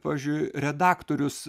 pavyzdžiui redaktorius